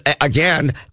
again